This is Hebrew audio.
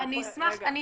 תן לה לסיים.